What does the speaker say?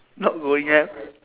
not going ham